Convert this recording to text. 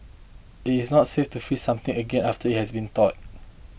it is not safe to freeze something again after it has thawed